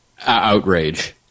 outrage